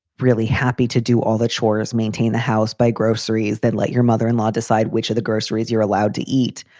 really happy to do all the chores, maintain the house, buy groceries, then let your mother in law decide which of the groceries you're allowed to eat.